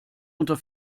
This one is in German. unter